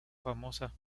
famosa